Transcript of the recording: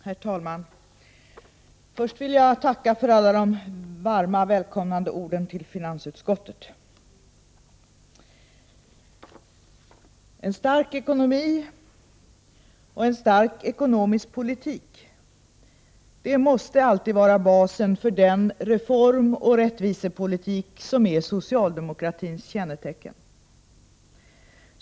Herr talman! Först vill jag tacka för alla de varma välkomnande orden till mig som ledamot av finansutskottet. En stark ekonomi, och en stark ekonomisk politik, måste alltid vara basen för den reformoch rättvisepolitik som är socialdemokratins kännetecken.